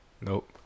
Nope